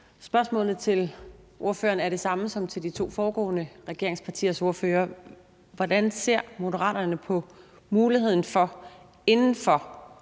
Spørgsmålet til ordføreren er det samme som til de to foregående regeringspartiers ordførere: Hvordan ser Moderaterne på muligheden for, inden for